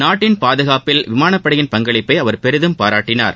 நாட்டின் பாதுகாப்பில் விமானப்படையின் பங்களிப்பை அவர் பெரிதும் பாராட்டினார்